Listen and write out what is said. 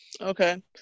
Okay